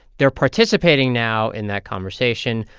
they're participating now in that conversation.